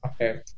okay